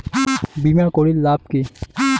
বিমা করির লাভ কি?